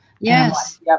Yes